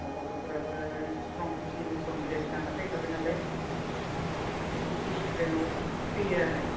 गथ'फ्राबो आरो स्ट्रं इउनिफ्रम द्रेस गानना फैखाबाय नालाय इसे दिसिफ्लिनाव फैयो आरो